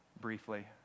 briefly